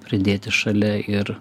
pridėti šalia ir